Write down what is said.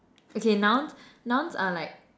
okay nouns nouns are like